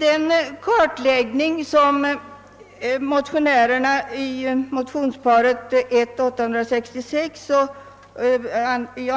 Den kartläggning som motionärerna i motionsparet I: 866 och II: